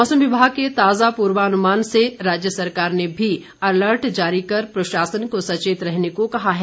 मौसम विभाग के ताजा पूर्वान्मान से राज्य सरकार ने भी अलर्ट जारी कर प्रशासन को सचेत रहने को कहा है